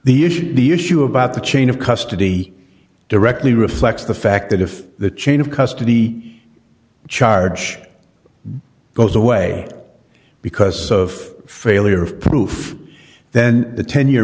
the issue the issue about the chain of custody directly reflects the fact that if the chain of custody charge goes away because of failure of proof then the ten year